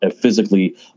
physically